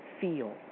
feel